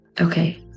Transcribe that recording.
okay